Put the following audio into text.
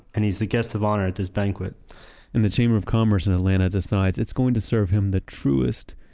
and he's the guest of honor at this banquet and the chamber of commerce in atlanta decides it's going to serve him the truest,